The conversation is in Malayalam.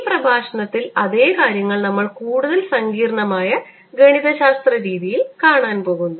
ഈ പ്രഭാഷണത്തിൽ അതേ കാര്യങ്ങൾ നമ്മൾ കൂടുതൽ സങ്കീർണ്ണമായ ഗണിതശാസ്ത്ര രീതിയിൽ കാണാൻ പോകുന്നു